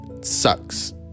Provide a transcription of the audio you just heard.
sucks